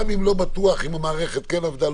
גם אם לא בטוח אם המערכת כן עבדה,